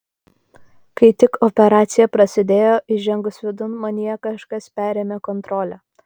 kai tik operacija prasidėjo įžengus vidun manyje kažkas perėmė kontrolę